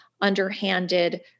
underhanded